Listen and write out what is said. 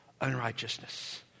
unrighteousness